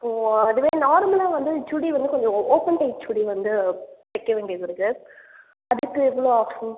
ஓ அதுவே நார்மலாக வந்து சுடி வந்து கொஞ்சம் ஓ ஓப்பன் டைப் சுடி வந்து தைக்க வேண்டியது வருது அதுக்கு எவ்வளோ ஆகும்